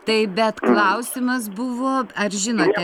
taip bet klausimas buvo ar žinote